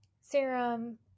serum